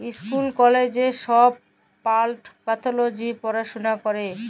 school কলেজে ছব plant pathology পড়াশুলা ক্যরে